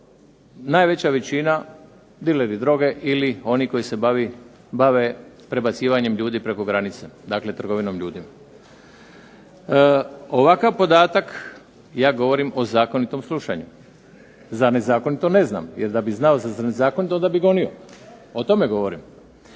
najveća većina dileri droge ili oni koji se bave prebacivanjem ljudi preko granice, dakle trgovinom ljudima. Ovakav podatak, ja govorim o zakonitom slušanju, za nezakonito ne znam, jer da bi znao za nezakonito onda bi donio, o tome govorim,